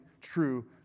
true